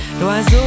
L'oiseau